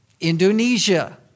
Indonesia